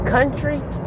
Countries